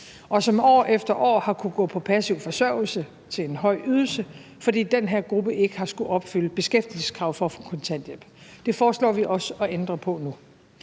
og som år efter år har kunnet gå på passiv forsørgelse til en høj ydelse, fordi den her gruppe ikke har skullet opfylde beskæftigelseskrav for at få kontanthjælp. Det foreslår vi også at ændre på nu.